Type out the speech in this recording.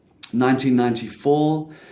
1994